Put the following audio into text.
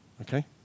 okay